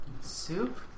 Soup